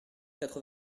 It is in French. quatre